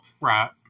Right